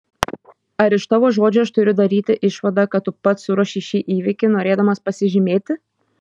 ar iš tavo žodžių aš turiu daryti išvadą kad tu pats suruošei šį įvykį norėdamas pasižymėti